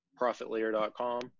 ProfitLayer.com